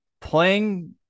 playing